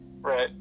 Right